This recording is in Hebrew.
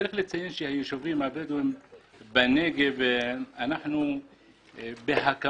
צריך לציין שהיישובים הבדואים בנגב, אנחנו בהקמה